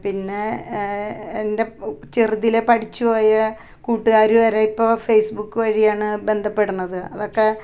പിന്നെ എൻ്റെ പു ചെറുതിലെ പഠിച്ച് പോയ കൂട്ടുകാർ വരെ ഇപ്പോൾ ഫേസ്ബുക്ക് വഴിയാണ് ബന്ധപ്പെടുന്നത് അതക്കെ